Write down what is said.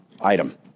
item